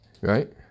Right